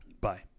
bye